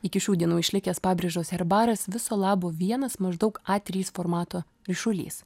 iki šių dienų išlikęs pabrėžos herbaras viso labo vienas maždaug a trys formato ryšulys